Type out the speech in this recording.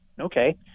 Okay